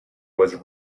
was